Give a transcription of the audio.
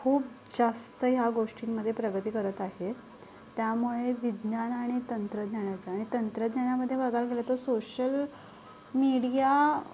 खूप जास्त ह्या गोष्टींमधे प्रगती करत आहे त्यामुळे विज्ञान आणि तंत्रज्ञानाचा आणि तंत्रज्ञानामधे बघायला गेलं तर सोशल मीडिया